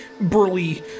burly